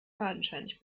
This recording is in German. fadenscheinig